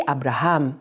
Abraham